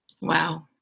Wow